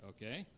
Okay